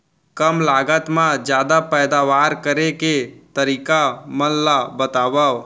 कम लागत मा जादा पैदावार करे के तरीका मन ला बतावव?